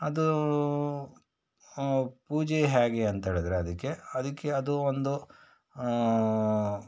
ಅದು ಪೂಜೆ ಹೇಗೆ ಅಂತೇಳಿದರೆ ಅದಕ್ಕೆ ಅದಕ್ಕೆ ಅದು ಒಂದು